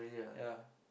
ya